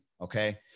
okay